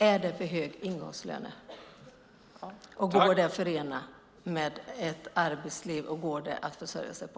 Är det för höga ingångslöner? Går de att försörja sig på?